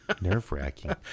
nerve-wracking